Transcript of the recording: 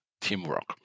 teamwork